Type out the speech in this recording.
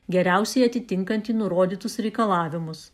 geriausiai atitinkantį nurodytus reikalavimus